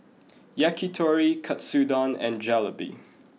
Yakitori Katsudon and Jalebi